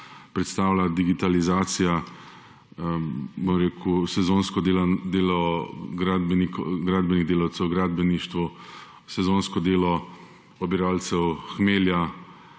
predstavlja digitalizacija sezonsko delo gradbenih delavcev v gradbeništvu, sezonsko delo obiralcev hmelja,